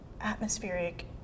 atmospheric